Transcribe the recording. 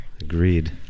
Agreed